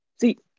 see